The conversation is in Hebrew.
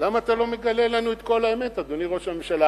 אתה לא מגלה לנו את כל האמת, אדוני ראש הממשלה?